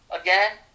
again